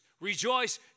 Rejoice